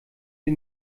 sie